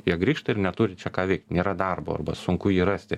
jie grįžta ir neturi čia ką veikt nėra darbo arba sunku jį rasti